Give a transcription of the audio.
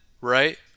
right